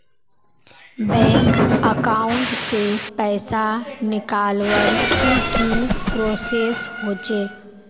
Bank account से पैसा निकालवर की की प्रोसेस होचे?